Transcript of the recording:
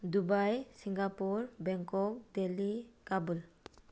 Dubai Singapore Bangkok Delhi Kabul